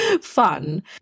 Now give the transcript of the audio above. fun